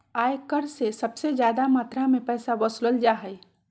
आय कर से सबसे ज्यादा मात्रा में पैसा वसूलल जा हइ